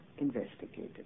investigated